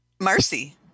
Marcy